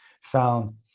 found